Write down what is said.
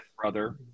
brother